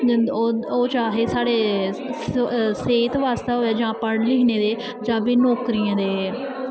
ओह् चाहे साढ़े सेह्त बास्तै होऐ जां पढ़न लिखन दे जां फिर नौकरियें दे